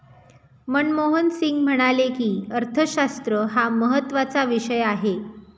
मनमोहन सिंग म्हणाले की, अर्थशास्त्र हा महत्त्वाचा विषय आहे